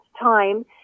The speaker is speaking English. time